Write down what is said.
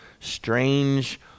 strange